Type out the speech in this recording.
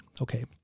Okay